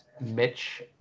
Mitch